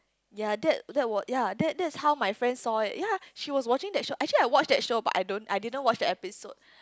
ya that that was ye that that is how my friend saw it ye she was watching that show actually I watch that show but I don't I didn't watch that episode